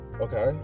Okay